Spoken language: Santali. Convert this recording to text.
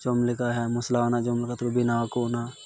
ᱡᱚᱢ ᱞᱮᱠᱟ ᱦᱮᱸ ᱢᱚᱥᱞᱟᱣᱟᱱᱟᱜ ᱡᱚᱢ ᱞᱮᱠᱟᱛᱮᱠᱚ ᱵᱮᱱᱟᱣᱟ ᱟᱠᱚ ᱚᱱᱟ